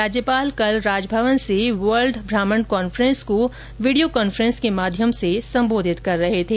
राज्यपाल कल राजभवन से वर्ल्ड ब्राह्मण कॉन्फ्रेंस को वीडियो कॉन्फ्रेंस के माध्यम से सम्बोधित कर रहे थे